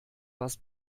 was